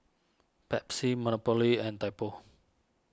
Pepsi Monopoly and Typo